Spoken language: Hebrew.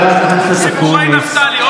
סיפורי נפתלי.